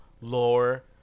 Lower